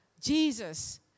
Jesus